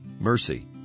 Mercy